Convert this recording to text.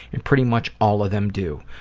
and pretty much all of them do.